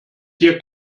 hier